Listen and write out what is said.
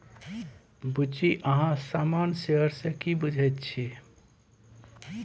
बुच्ची अहाँ सामान्य शेयर सँ की बुझैत छी?